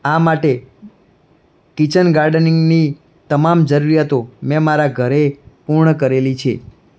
આ માટે કિચન ગાર્ડનીંગની તમામ જરૂરિયાતો મેં મારા ઘરે પૂર્ણ કરેલી છે